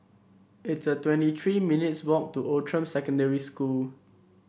it's about twenty three minutes' walk to Outram Secondary School